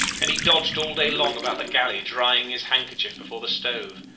and he dodged all day long about the galley drying his handkerchief before the stove.